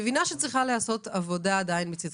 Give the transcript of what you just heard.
שצריכה להיעשות עדיין עבודה מצדכם,